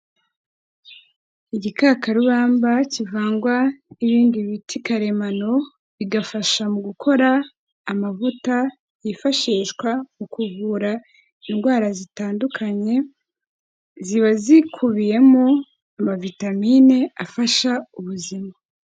Igikakarubamba kivangwa n'ibindi biti karemano, bigafasha mu gukora amavuta yifashishwa mu kuvura indwara zitandukanye, ziba zikubiyemo amavitamine afasha ubuzima.